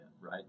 right